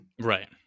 Right